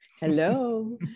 Hello